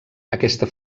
aquesta